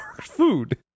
food